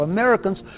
Americans